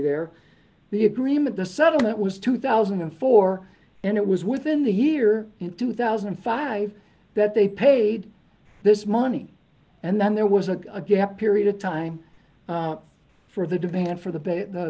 there the agreement the settlement was two thousand and four and it was within the year two thousand and five that they paid this money and then there was a a gap period of time for the demand for the